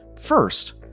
First